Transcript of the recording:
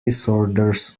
disorders